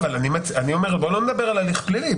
אבל אני אומר: בוא לא נדבר על הליך פלילי,